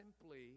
simply